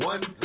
One